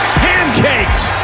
pancakes